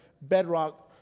bedrock